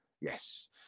Yes